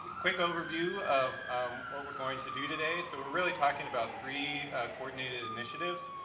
quick overview of what we're going to do today, so we're really talking about three coordinated initiatives,